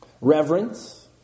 Reverence